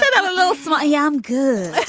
but i'm a little small. yeah i'm good.